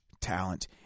talent